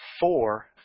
Four